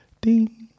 ding